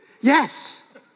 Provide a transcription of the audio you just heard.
Yes